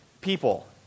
people